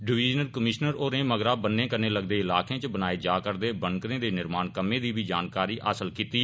divisional commissioner होरें मगरा बन्ने कन्नै लगदे इलाकें च बनाए जा करदे बंकरें दे निर्माण कम्मै दी बी जानकारी हासल कीत्ती